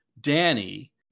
Danny